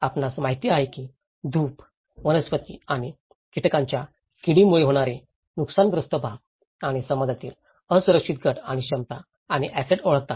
आपणास माहित आहे की धूप वनस्पती किंवा कीटकांच्या किडीमुळे होणारे नुकसानग्रस्त भाग आणि समाजातील असुरक्षित गट आणि क्षमता आणि ऍसेट ओळखतात